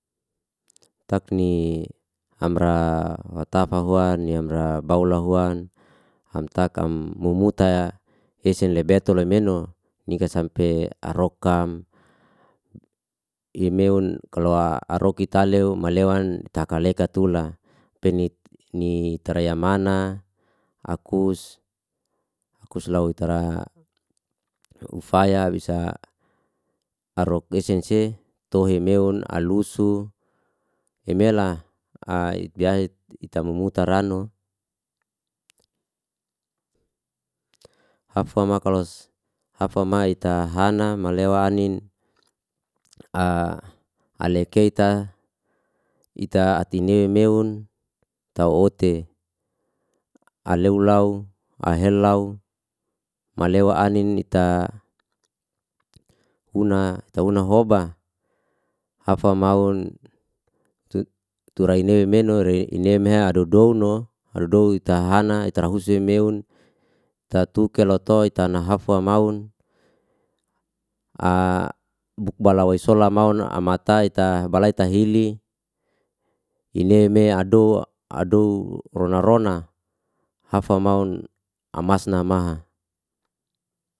Takni amra watafa huan, ni amra baula huan, amtak am mumu taya esin labe tu lameno, nika sampe arokam, imeun kalo arok ita leu malewan takaleka tula. Penit ni tara yamana, akus, akus lau tara aku faya abis'a arok esense, tohe meun alusu emela yahit ita mumu tarano. Afama kalos afama ita hana malewa anin ale keita ita ati neu meun, ita ote. Aleu lau, ahel lau, malewa anin ita una, ita una hoba afa maun tura ineu menure inemhea adu downo, adu dow ita hana, ita ra huse meun, ita tukel oto ita na hafa maun, bala waisola maun, ama ta ita bala ita hili, ile me adow rona rona hafa maun amasna maha.